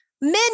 men